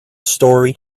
story